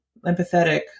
empathetic